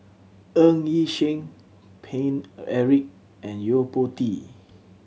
Ng Yi Sheng Paine Eric and Yo Po Tee